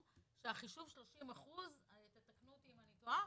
שהחישוב 30%, ותקנו אותי אם אני טועה,